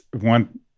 one